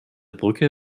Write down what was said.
brücke